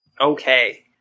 Okay